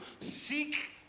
seek